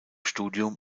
studium